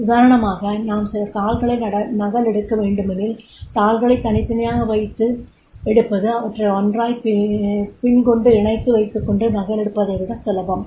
உதாரணமாக நாம் சில தாள்களை நகலெடுக்க வேண்டுமெனில் தாள்களைக் தனித்தனியாக வைத்து எடுப்பது அவற்றை ஒன்றாய் பின் கொண்டு இணைத்து வைத்துக்கொண்டு நகலெடுப்பதைவிட சுலபம்